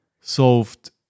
solved